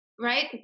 right